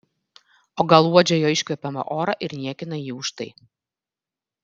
o gal uodžia jo iškvepiamą orą ir niekina jį už tai